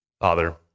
Father